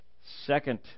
second